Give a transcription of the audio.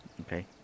Okay